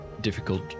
difficult